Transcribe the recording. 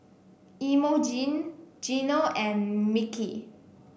Emogene Geno and Micky